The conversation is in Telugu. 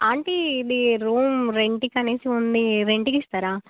ఆంటీ ఇది రూమ్ రెంట్కనేసి ఉంది రెంట్కిస్తారా